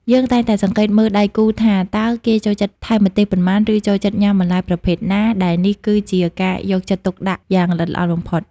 យើងតែងតែសង្កេតមើលដៃគូថាតើគេចូលចិត្តថែមម្ទេសប៉ុន្មាន ឬចូលចិត្តញ៉ាំបន្លែប្រភេទណា ដែលនេះគឺជាការយកចិត្តទុកដាក់យ៉ាងល្អិតល្អន់បំផុត។